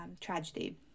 tragedy